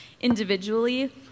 Individually